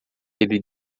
ele